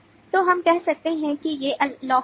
तो हम कह सकते हैं कि ये लौकिक हैं